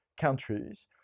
countries